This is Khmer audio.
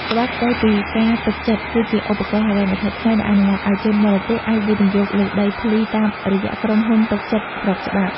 ច្បាប់ស្ដីពីការទុកចិត្ត គឺជាឧបករណ៍ហិរញ្ញវត្ថុថ្មីដែលអនុញ្ញាតឱ្យជនបរទេសអាចវិនិយោគលើដីធ្លីតាមរយៈក្រុមហ៊ុនទុកចិត្តស្របច្បាប់។